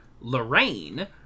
Lorraine